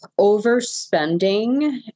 overspending